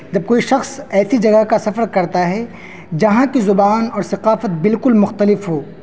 جب کوئی شخص ایسی جگہ کا سفر کرتا ہے جہاں کی زبان اور ثقافت بالکل مختلف ہو